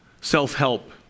Self-help